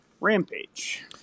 rampage